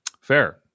fair